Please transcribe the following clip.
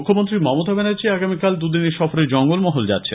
মুখ্যমন্ত্রী মমতা ব্যানার্জি আগামীকাল দুদিনের সফরে জঙ্গলমহল যাচ্ছেন